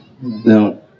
Now